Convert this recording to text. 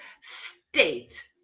state